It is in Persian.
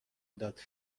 داد